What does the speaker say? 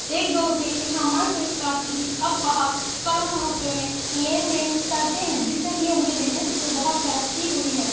एक दो रुपये के सामान से इस्टार्ट की थी अब बहाँ करोड़ों रुपये में लेन देन करते हैं जिससे कि उनके बिजनेस में बहुत तरक्की हुई है